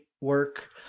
work